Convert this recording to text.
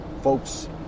folks